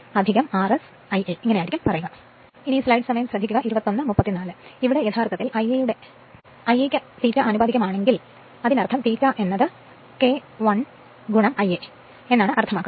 അതിനാൽ ഇവിടെ യഥാർത്ഥത്തിൽ ഇത് Ia യുടെ ആനുപാതികമാണെങ്കിൽ ∅ K 1 Ia എന്നാണ് അർത്ഥമാക്കുന്നത്